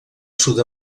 sud